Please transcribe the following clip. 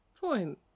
Point